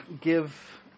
give